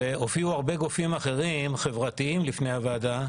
והופיעו הרבה גופים חברתיים בפני הוועדה,